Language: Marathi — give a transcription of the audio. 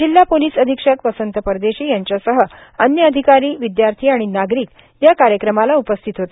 जिल्हा पोलीस अधिक्षक वसंत परदेशी यांच्यासह अन्यअधिकारी विद्यार्थी आणि नागरिक या उपक्रमालाउपस्थित होते